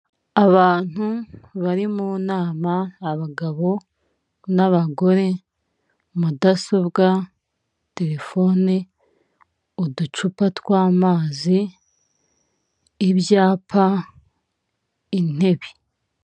Abantu bari mu nama abagabo n'abagore, mudasobwa, telefone, uducupa tw'amazi, ibyapa, intebe.